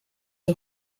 een